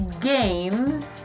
games